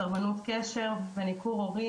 סרבנות קשר וניכור הורי,